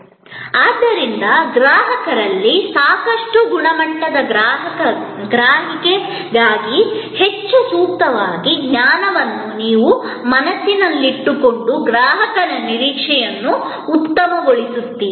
ಆದ್ದರಿಂದ ಗ್ರಾಹಕರಲ್ಲಿ ಸಾಕಷ್ಟು ಗುಣಮಟ್ಟದ ಗ್ರಹಿಕೆಗಾಗಿ ಹೆಚ್ಚು ಸೂಕ್ತವಾದ ಜ್ಞಾನವನ್ನು ನೀವು ಮನಸ್ಸಿನಲ್ಲಿಟ್ಟುಕೊಂಡು ಗ್ರಾಹಕರ ನಿರೀಕ್ಷೆಯನ್ನು ಉತ್ತಮಗೊಳಿಸುತ್ತೀರಿ